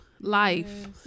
Life